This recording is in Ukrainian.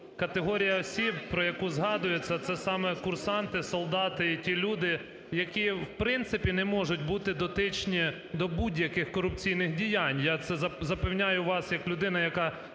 категорія осіб, про яку згадується, це саме курсанти, солдати і ті люди, які в принципі не можуть бути дотичні до будь-яких корупційних діянь. Я це запевняю вас як людина, яка